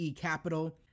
capital